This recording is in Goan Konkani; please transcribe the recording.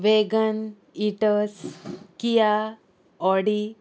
वेगन इटर्स किया ऑडी